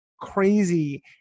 crazy